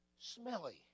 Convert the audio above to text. smelly